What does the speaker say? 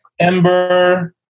Ember